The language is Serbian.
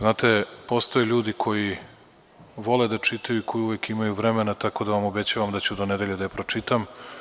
Znate, postoje ljudi koji vole da čitaju, koji uvek imaju vremena, tako da vam obećavam da ću do nedelje da je pročitam.